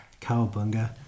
cowabunga